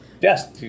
Yes